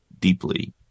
deeply